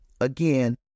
again